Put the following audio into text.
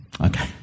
okay